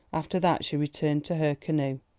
after that she returned to her canoe.